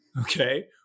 okay